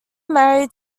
married